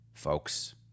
Folks